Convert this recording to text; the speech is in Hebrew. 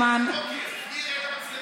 מי יראה את המצלמות?